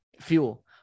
fuel